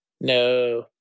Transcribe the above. No